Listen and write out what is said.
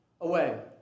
away